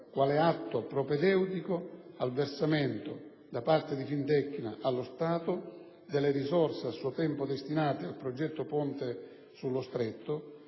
quale atto propedeutico al versamento da parte di Fintecna allo Stato delle risorse a suo tempo destinate al progetto Ponte sullo Stretto